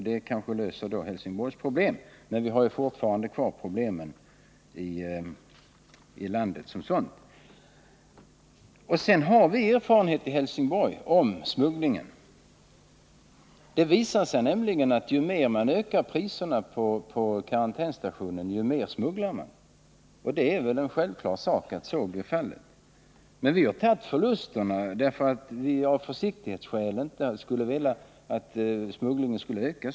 Det kanske löser Helsingborgs problem, men vi har ju då ändå kvar problemen i landet i övrigt. Vi har i Helsingborg erfarenheter av smugglingen. Det visar sig nämligen att ju mer man ökar avgifterna på karantänsstationen, desto mer smugglas det. Det är väl självklart att så blir fallet. Men vi har i kommunen tagit förlusterna av försiktighetsskäl, eftersom vi inte vill att smugglingen skall öka.